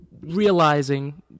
Realizing